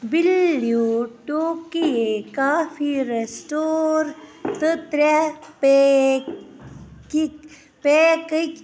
blue Tokyo coffee ریٚسٹور تہٕ ترٛےٚ پیکِک پیکٕکۍ